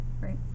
right